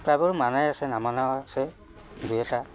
প্ৰায়বোৰ মানাই আছে নামানা আছে দুই এটা